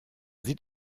sieht